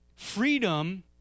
Freedom